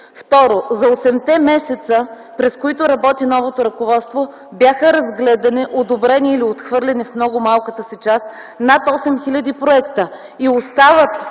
Второ, за осемте месеца, през които работи новото ръководство, бяха разгледани, одобрени или отхвърлени в много малката си част над 8 хиляди проекта